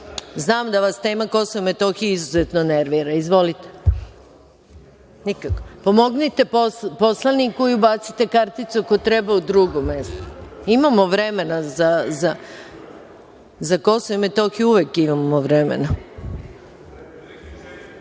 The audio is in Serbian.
Znam da vas tema o Kosovu i Metohiji izuzetno nervira. Izvolite. Pomozite poslaniku i ubacite karticu ako treba u drugo mesto. Imamo vremena, za Kosovo i Metohiju uvek imamo